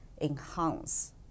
enhance